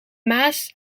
maas